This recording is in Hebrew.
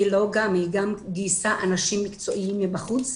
היא גם גייסה אנשים מקצועיים מבחוץ,